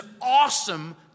awesome